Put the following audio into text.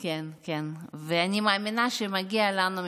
ואני מאמינה שמגיע לנו,